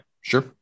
Sure